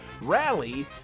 Rally